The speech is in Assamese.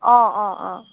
অঁ অঁ অঁ